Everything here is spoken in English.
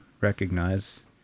recognize